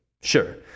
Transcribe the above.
sure